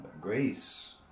grace